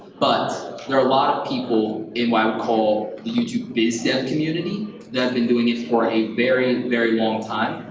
but there are a lot of people in what i would call the youtube bizdev community that have been doing for a very, very long time,